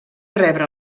rebre